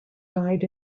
died